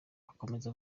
akomeza